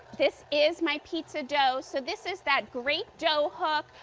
this is my pizza dough, so this is that great dough hook.